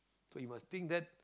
so you must think that